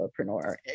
solopreneur